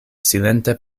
silente